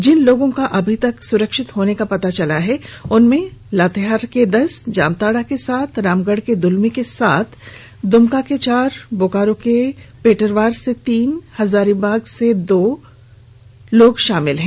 जिन लोगों का अभी तक सुरक्षित होने का पता चल पाया है उनमें लातेहार के दस जामताड़ा के सात रामगढ़ के दुलमी के सात दुमका के चार बोकारो के पेटरवार के तीन हजारीबाग के दो लोग शामिल हैं